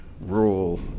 rural